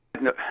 no